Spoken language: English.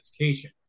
education